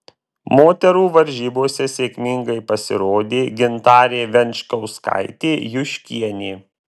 moterų varžybose sėkmingai pasirodė gintarė venčkauskaitė juškienė